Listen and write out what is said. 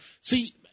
See